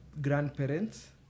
grandparents